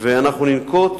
אני רוצה לתת